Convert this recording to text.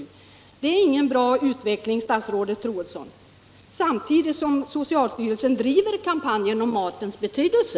Detta är ingen bra utveckling, statsrådet Troedsson, samtidigt som socialstyrelsen driver kampanjen om matens betydelse.